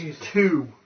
two